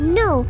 no